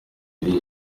bigira